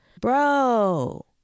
bro